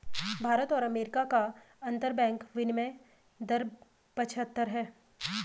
भारत और अमेरिका का अंतरबैंक विनियम दर पचहत्तर है